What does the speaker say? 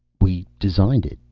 we designed it.